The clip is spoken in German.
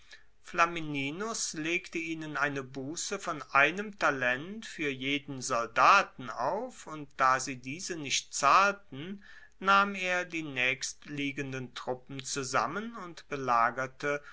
flamininus legte ihnen eine busse von einem talent fuer jeden soldaten auf und da sie diese nicht zahlten nahm er die naechstliegenden truppen zusammen und belagerte